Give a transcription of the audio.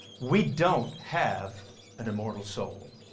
we don't have an immortal soul.